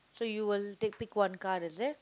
so you will take pick one card is it